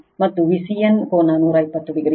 ಮತ್ತು Vcn ಕೋನ 120o